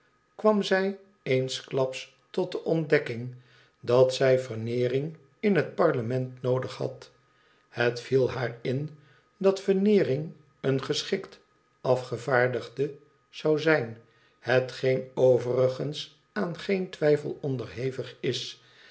kwam zij eensklaps tot de ontdekking dat zij veneering in het parlement noodig had het viel haar in dat veneering een geschikt i afgevaardigde zou zijn hetgeen overigens aan geen twijfel onderhevig is